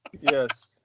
Yes